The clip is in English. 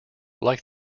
like